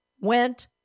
went